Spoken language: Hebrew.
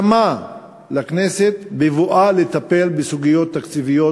והעצמה לכנסת בבואה לטפל בסוגיות תקציביות,